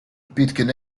pitkin